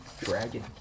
dragon